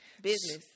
business